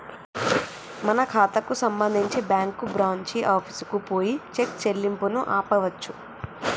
మన ఖాతాకు సంబంధించి బ్యాంకు బ్రాంచి ఆఫీసుకు పోయి చెక్ చెల్లింపును ఆపవచ్చు